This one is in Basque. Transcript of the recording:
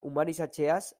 humanizatzeaz